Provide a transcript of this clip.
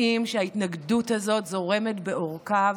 רואים שההתנגדות הזאת זורמת בעורקיו,